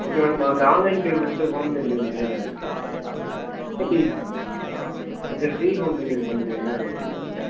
okay madam அந்த online payment home டெலிவெரிலாம் இருக்கா எப்படி ஓகே ஃப்ரீ ஹோம் டெலிவெரி பண்ணுறீங்களா அது எப்படி மேடம் அது